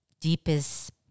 deepest